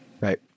Right